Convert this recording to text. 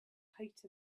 height